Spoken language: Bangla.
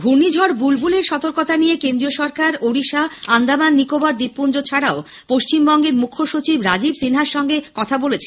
ঘূর্নিঝড় বুলবুলের সতর্কতা নিয়ে কেন্দ্রীয় সরকার ওড়িশা আন্দামান নিকোবর দ্বীপপুঞ্জ ছাড়াও পশ্চিমবঙ্গের মুখ্যসচিব রাজীব সিনহার সঙ্গে কথা বলেছে